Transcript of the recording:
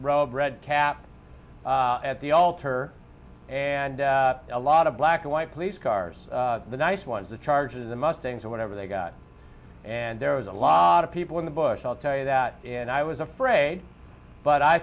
robe red cap at the altar and a lot of black and white police cars the nice ones the charges the mustangs or whatever they got and there was a lot of people in the bush i'll tell you that and i was afraid but i